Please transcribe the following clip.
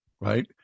right